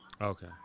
Okay